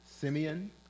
Simeon